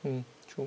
mm